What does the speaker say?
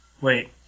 Wait